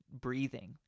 breathing